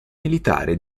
militare